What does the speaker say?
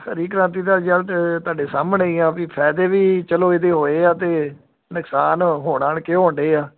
ਹਰੀ ਕ੍ਰਾਂਤੀ ਦਾ ਰਿਜਲਟ ਤੁਹਾਡੇ ਸਾਹਮਣੇ ਹੀ ਆ ਵੀ ਫਾਇਦੇ ਵੀ ਚਲੋ ਇਹਦੇ ਹੋਏ ਆ ਅਤੇ ਨੁਕਸਾਨ ਹੁਣ ਆਣ ਕੇ ਹੋਣ ਡਏ ਆ